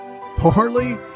poorly